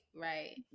Right